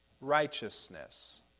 righteousness